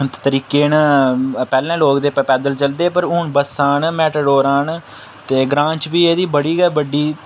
तरीके न पैह्ले लोक पैदल चलदे हे हून बस्सां न मैटाडोरां न ते ग्रांऽ च एह्दी बड़ी बड्डी